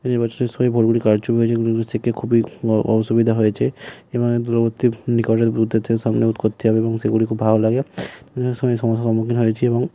নির্বাচনের সময় ভোটগুলি কারচুপি হয়েছে শেখে খুবই অসুবিধা হয়েছে এবং এর দূরবর্তী নিকটের বুথের থেকে সামনে বুথ করতে হবে এবং সেগুলি খুব ভালো লাগে এই সমস্যার সম্মুখীন হয়েছি এবং